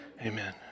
amen